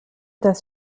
das